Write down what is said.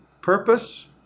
purpose